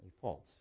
false